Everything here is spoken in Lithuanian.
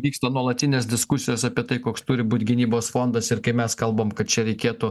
vyksta nuolatinės diskusijos apie tai koks turi būt gynybos fondas ir kai mes kalbam kad čia reikėtų